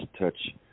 touch